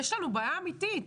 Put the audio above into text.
יש לנו בעיה אמיתית,